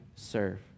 serve